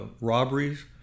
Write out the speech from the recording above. robberies